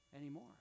anymore